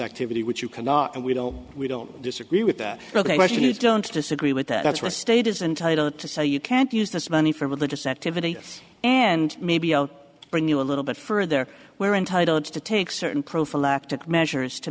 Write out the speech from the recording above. activity which you cannot and we don't we don't disagree with that question you don't disagree with that that's where the state is entitle to say you can't use this money for religious activity and maybe i'll bring you a little bit further we're entitled to take certain prophylactic measures to